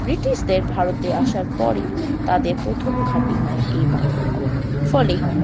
ব্রিটিশদের ভারতে আসার পরই তাদের প্রথম ঘাঁটি হয় এই বাংলা ফলে